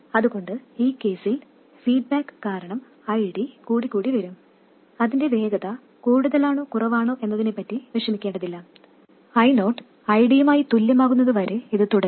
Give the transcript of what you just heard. അതുകൊണ്ട് ഈ കേസിൽ ഫീഡ്ബാക്ക് കാരണം ID കൂടിക്കൂടി വരും അതിന്റെ വേഗത കൂടുതലാണോ കുറവാനോ എന്നതിനെ പറ്റി വിഷമിക്കേണ്ടതില്ല I0 ID യുമായി തുല്യമാകുന്നത് വരെ ഇത് തുടരും